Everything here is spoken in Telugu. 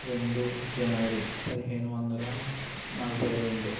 రెండు జనవరి పదిహేను వందల నలభై రెండు